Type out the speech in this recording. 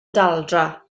daldra